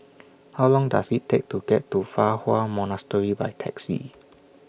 How Long Does IT Take to get to Fa Hua Monastery By Taxi